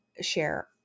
share